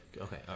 okay